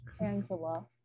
angela